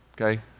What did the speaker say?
Okay